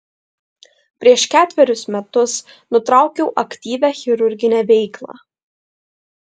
prieš ketverius metus nutraukiau aktyvią chirurginę veiklą